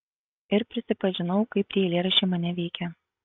ir prisipažinau kaip tie eilėraščiai mane veikia